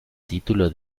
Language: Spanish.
título